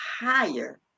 higher